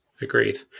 Agreed